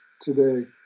today